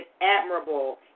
admirable